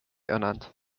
ernannt